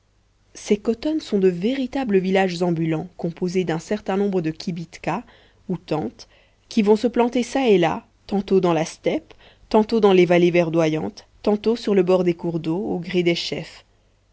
ces khotonnes sont de véritables villages ambulants composés d'un certain nombre de kibitkas ou tentes qui vont se planter ça et là tantôt dans la steppe tantôt dans les vallées verdoyantes tantôt sur le bord des cours d'eau au gré des chefs